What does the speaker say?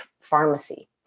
pharmacy